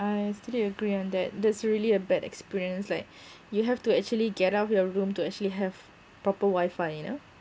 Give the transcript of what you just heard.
I totally agree on that that's really a bad experience like you have to actually get out of your room to actually have proper wifi you know